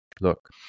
look